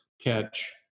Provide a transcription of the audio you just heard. catch